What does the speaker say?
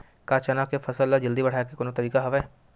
का चना के फसल ल जल्दी बढ़ाये के कोनो तरीका हवय?